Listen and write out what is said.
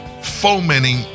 fomenting